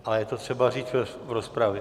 Ale je to třeba říct v rozpravě.